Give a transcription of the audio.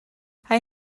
hij